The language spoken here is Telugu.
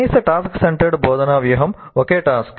కనీస టాస్క్ సెంటర్డ్ బోధనా వ్యూహం ఒకే టాస్క్